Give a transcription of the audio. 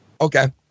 Okay